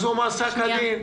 הוא מועסק כדין.